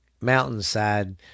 mountainside